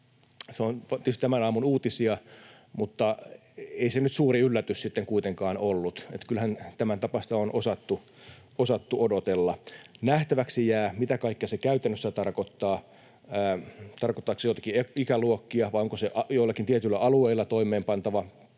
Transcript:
tämän aamun uutisia, mutta ei se nyt suuri yllätys sitten kuitenkaan ollut. Kyllähän tämäntapaista on osattu odotella. Nähtäväksi jää, mitä kaikkea se käytännössä tarkoittaa, tarkoittaako se joitakin ikäluokkia vai onko se joillakin tietyillä alueilla toimeenpantava.